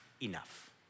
enough